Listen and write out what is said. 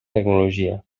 tecnologia